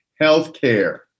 Healthcare